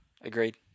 agreed